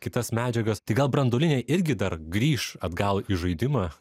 kitas medžiagas tai gal branduolinė irgi dar grįš atgal į žaidimą